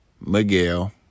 Miguel